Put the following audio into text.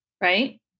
right